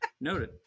Noted